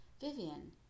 Vivian